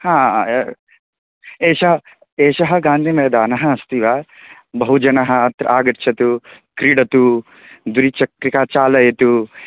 हा एषः एषः गान्धीमैदानः अस्ति वा बहुजनः अत्र आगच्छतु क्रीडतु द्विचक्रिका चालयतु